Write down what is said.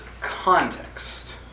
context